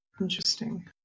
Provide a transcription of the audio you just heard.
Interesting